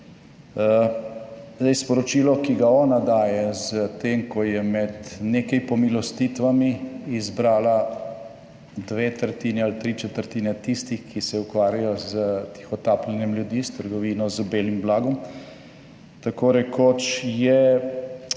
sporočilo, ki ga ona daje s tem, ko je med nekaj pomilostitvami izbrala dve tretjini ali tri četrtine tistih, ki se ukvarjajo s tihotapljenjem ljudi, s trgovino z belim blagom, tako rekoč je